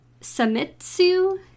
Samitsu